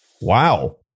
Wow